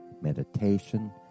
meditation